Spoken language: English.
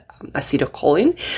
acetylcholine